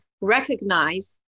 recognize